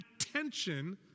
attention